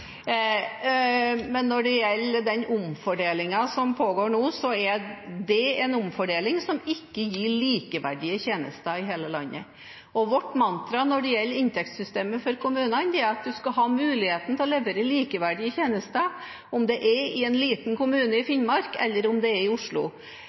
men i Trøndelag var det oppfunnet både biler og ambulanser i 1964. Der er mulig Oppland er litt etter – det skal jeg ikke uttale meg om. Når det gjelder den omfordelingen som pågår nå, er det en omfordeling som ikke gir likeverdige tjenester i hele landet. Vårt mantra når det gjelder inntektssystemet for kommunene, er at man skal ha mulighet til